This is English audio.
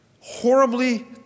horribly